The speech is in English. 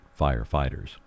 firefighters